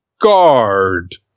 guard